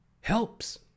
helps